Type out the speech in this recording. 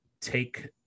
take